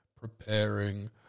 preparing